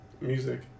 Music